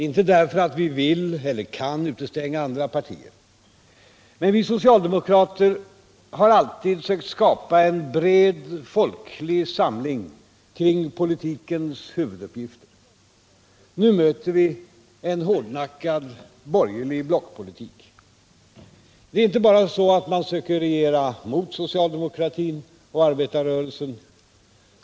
Inte därför att vi vill eller kan utestänga andra partier. Men vi socialdemokrater har alltid sökt skapa en bred folklig samling kring politikens huvuduppgifter. Nu möter vi en hårdnackad borgerlig blockpolitik. Det är inte bara så att man söker regera mot socialdemokratin och arbetarrörelsen.